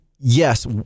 Yes